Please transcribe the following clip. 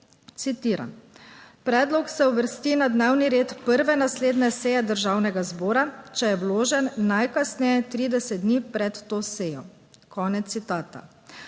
citiram: "Predlog se uvrsti na dnevni red prve naslednje seje Državnega zbora, če je vložen najkasneje 30 dni pred to sejo." - konec citata.